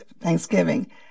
Thanksgiving